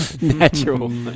Natural